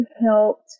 helped